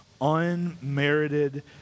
unmerited